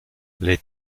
les